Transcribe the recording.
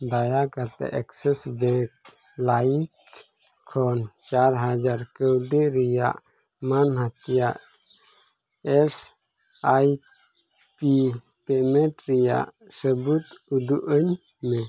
ᱫᱟᱭᱟ ᱠᱟᱛᱮᱫ Axis Bank ᱞᱟᱭᱤᱠ ᱠᱷᱚᱱ ᱪᱟᱨ ᱦᱟᱡᱟᱨ ᱠᱟᱹᱣᱰᱤ ᱨᱮᱭᱟᱜ ᱢᱟᱹᱱᱦᱟᱹ ᱠᱤᱭᱟᱹ ᱮᱥ ᱟᱭ ᱯᱤ ᱯᱮᱢᱮᱱᱴ ᱨᱮᱭᱟᱜ ᱥᱟᱹᱵᱩᱫ ᱩᱫᱩᱜ ᱟᱹᱧᱢᱮ